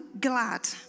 glad